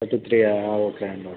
thirty త్రీయా okay అండి okay